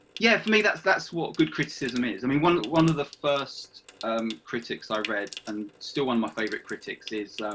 yeah for me that's that's what good criticism is. i mean one one of the first um critics i read and still one of my favourite critics is